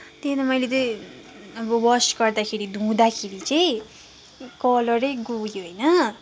त्यही त मैले त्यही अब वास गर्दाखेरि चाहिँ धुँदाखेरि चाहिँ कलरै गयो होइन